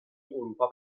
اروپا